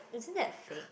isn't that fake